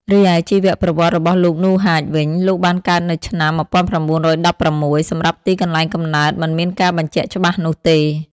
រីឯជីវប្រវត្តិរបស់លោក នូ ហាច វិញ លោកបានកើតនៅឆ្នាំ ១៩១៦ សម្រាប់ទីកន្លែងកំណើតមិនមានការបញ្ជាក់ច្បាស់នោះទេ។